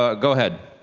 ah go ahead.